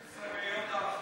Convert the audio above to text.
15 מאיות האחוז.